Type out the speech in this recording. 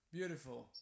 Beautiful